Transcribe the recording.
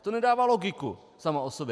To nedává logiku samo o sobě.